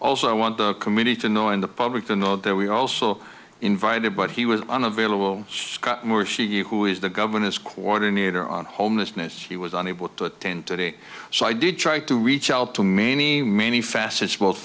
also i want the community to know and the public to know that we also invited but he was unavailable scott murphy you who is the governor's coordinator on homelessness he was unable to attend today so i did try to reach out to many many facets both